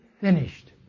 finished